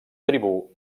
tribú